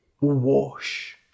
wash